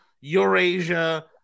Eurasia